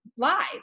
lies